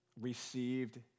received